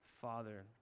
Father